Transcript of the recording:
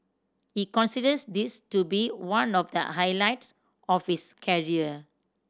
he considers this to be one of the highlights of his carrier